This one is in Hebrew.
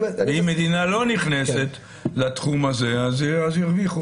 אם מדינה לא נכנסת לתחום הזה, אז הרוויחו.